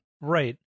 Right